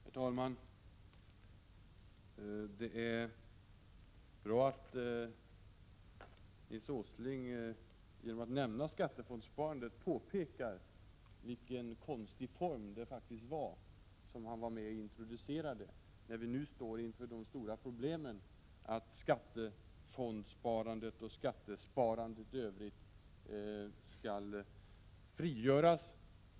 Herr talman! Det är bra att Nils G Åsling genom att nämna skattefondssparandet påminner om vilken konstig sparform han var med om att introducera. Nu står vi inför stora problem, när skattefondssparandet och skattesparandet i övrigt frigörs.